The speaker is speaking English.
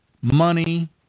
money